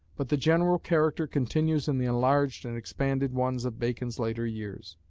but the general character continues in the enlarged and expanded ones of bacon's later years.